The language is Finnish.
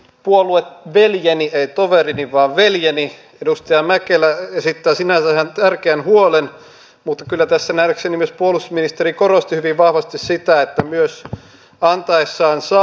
arvoisa puolueveljeni ei toverini vaan veljeni edustaja mäkelä esittää sinänsä ihan tärkeän huolen mutta kyllä tässä nähdäkseni myös puolustusministeri korosti hyvin vahvasti sitä että antaessaan myös saa